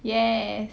yes